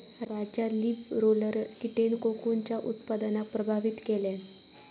राज्यात leaf roller कीटेन कोकूनच्या उत्पादनाक प्रभावित केल्यान